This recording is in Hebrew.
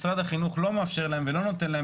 משרד החינוך לא מאפשר להם ולא נותן להם